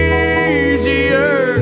easier